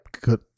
good